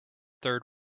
third